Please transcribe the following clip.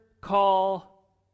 call